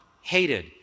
Hated